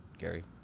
Gary